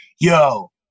yo